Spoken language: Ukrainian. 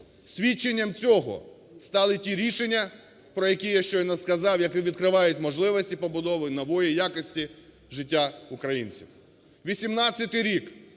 Свідченням цього стали ті рішення, про які я щойно сказав, які відкривають можливості побудови нової якості життя українців. 2018 рік.